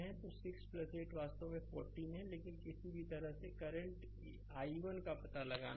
तो 6 8 वास्तव में 14 Ω है लेकिन किसी भी तरह से करंट i1 का पता लगाना है